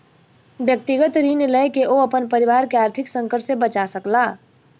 व्यक्तिगत ऋण लय के ओ अपन परिवार के आर्थिक संकट से बचा सकला